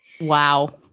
Wow